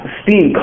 steam